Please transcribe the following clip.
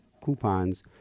coupons